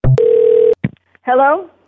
Hello